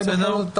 אולי בכל זאת אתה